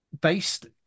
based